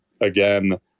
again